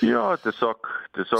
jo tiesiog tiesio